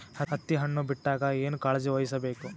ಹತ್ತಿ ಹಣ್ಣು ಬಿಟ್ಟಾಗ ಏನ ಕಾಳಜಿ ವಹಿಸ ಬೇಕು?